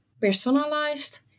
personalized